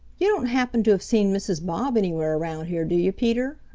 you don't happen to have seen mrs. bob anywhere around here, do you, peter?